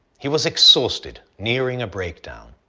he was exhausted, nearing a breakdown.